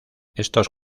estos